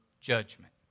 judgment